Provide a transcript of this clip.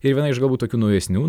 ir viena iš galbūt tokių naujesnių